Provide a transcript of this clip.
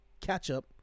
catch-up